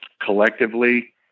Collectively